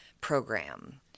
program